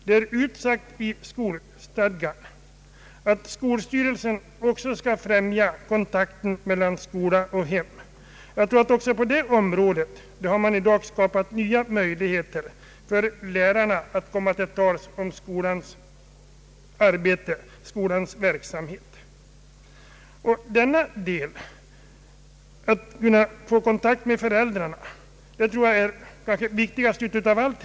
Det är utsagt i skolstadgan att skolstyrelsen också skall främja kontakten mellan skolan och hemmen. Jag tror att det också på det området har skapats nya möjligheter för lärarna att komma till tals om skolans verksamhet, och denna del — att få kontakt med föräldrarna — tror jag är det viktigaste av allt.